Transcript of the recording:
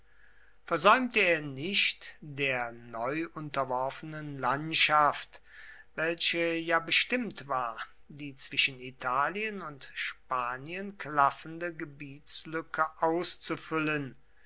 versäumte er nicht der neu unterworfenen landschaft welche ja bestimmt war die zwischen italien und spanien klaffende gebietslücke auszufüllen